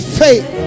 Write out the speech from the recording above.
faith